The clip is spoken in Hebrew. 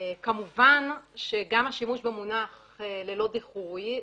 כמובן שהשימוש במונח 'ללא דיחוי'